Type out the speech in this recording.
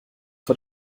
vor